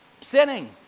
sinning